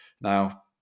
Now